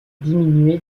diminué